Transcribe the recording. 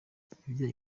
ikijyanye